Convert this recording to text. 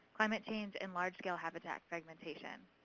climate change, and large-scale habitat fragmentation.